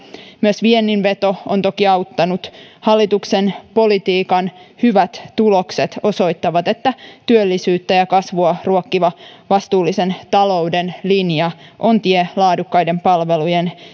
myös viennin veto on toki auttanut hallituksen politiikan hyvät tulokset osoittavat että työllisyyttä ja ja kasvua ruokkiva vastuullisen talouden linja on tie laadukkaiden palveluiden